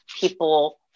people